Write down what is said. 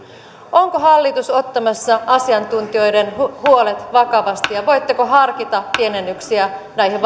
onko hallitus ottamassa asiantuntijoiden huolet vakavasti ja voitteko harkita pienennyksiä näihin